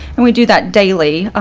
and we do that daily.